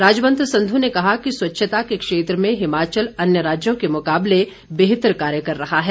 राजवंत संधू ने कहा कि स्वच्छता के क्षेत्र में हिमाचल अन्य राज्यों के मुकाबले बेहतर कार्य कर रहा है